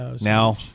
Now